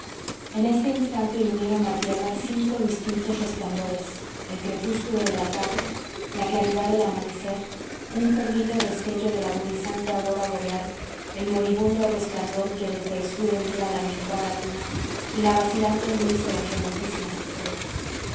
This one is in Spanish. en este instante iluminan la tierra cinco distintos resplandores el crepúsculo de la tarde la claridad del amanecer un perdido destello de la agonizante aurora boreal el moribundo resplandor que desde el sur envía la menguada luna y la vacilante luz de las remotísimas estrellas